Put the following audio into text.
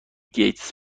گیتس